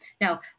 Now